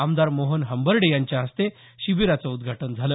आमदार मोहन हंबर्डे यांच्या हस्ते शिबीराचं उद्घाटन झालं